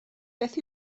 beth